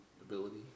ability